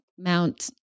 Mount